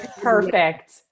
Perfect